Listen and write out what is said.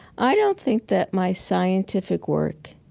i don't think that my scientific work